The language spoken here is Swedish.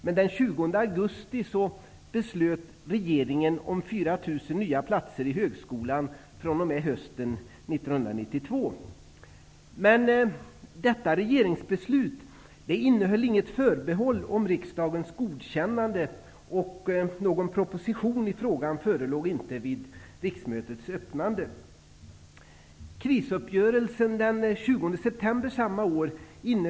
Men den 20 augusti beslöt regeringen om 4 000 nya platser i högskolan fr.o.m. hösten 1992. Detta regeringsbeslut innehöll dock inget förbehåll om riksdagens godkännande, och någon proposition i frågan förelåg inte vid riksmötets öppnande.